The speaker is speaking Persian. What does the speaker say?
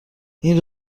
این